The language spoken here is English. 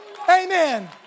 Amen